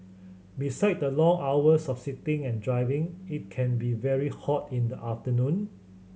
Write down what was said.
besides the long hours of sitting and driving it can be very hot in the afternoon